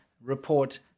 report